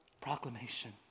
proclamation